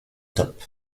top